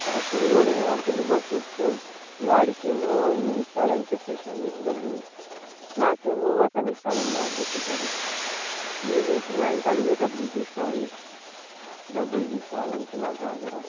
వాడు తెలుగోడే వాడికి అన్ని భాషలు వచ్చు వాడికి ఏమో ఈయనిస్తాడు అని చెప్పేసాడు డబ్బులు నాకేమో అతను ఇస్తాడు అని నాకు చెప్పేసాడు నేనిప్పుడు ఆయన కాడికి పోయి డబ్బులు తీసుకోవాలి డబ్బులు తీసుకోవాలంటే నాకు భాష రాదు